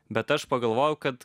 bet aš pagalvojau kad